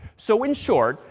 so in short,